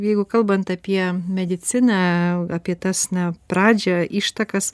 jeigu kalbant apie mediciną apie tas na pradžią ištakas